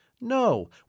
No